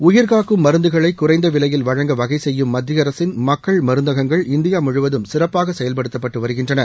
உயிர்காக்கும் மருந்துகளை குறைந்த விலையில் வழங்க வகை செய்யும் மத்திய அரசின் மக்கள் மருந்தகங்கள் இந்தியா முழுவதும் சிறப்பாக செயல்படுத்தப்பட்டு வருகின்றன